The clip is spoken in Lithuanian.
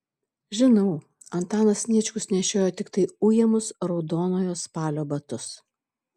žinau antanas sniečkus nešiojo tiktai ujamus raudonojo spalio batus